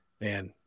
man